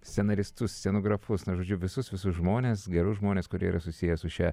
scenaristus scenografus žodžiu visus visus žmones gerus žmones kurie yra susiję su šia